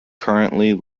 currently